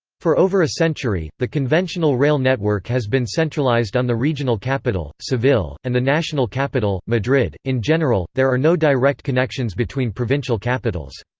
for over a century, the conventional rail network has been centralized on the regional capital, seville, and the national capital, madrid in general, there are no direct connections between provincial capitals.